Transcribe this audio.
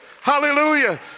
Hallelujah